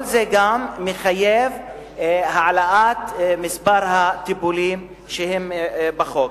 זה גם מחייב את העלאת מספר הטיפולים שהם בחוק.